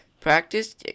Practice